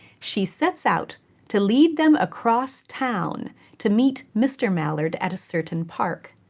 she sets out to lead them across town to meet mr. mallard at a certain park.